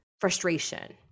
frustration